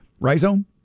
rhizome